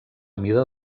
mida